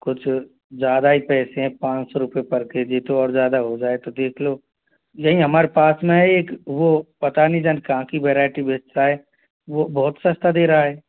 कुछ ज़्यादा ही पैसे पाँच सौ रुपए पर के जी तो और ज़्यादा हो जाए तो देख लो यहीं हमारे पास में है एक वो पता नहीं जान कहाँ की वैरायटी बेचता है वो बहुत सस्ता दे रहा है